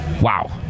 Wow